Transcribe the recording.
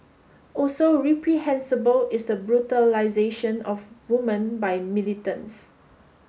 also reprehensible is the brutalisation of women by militants